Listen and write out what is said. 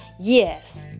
Yes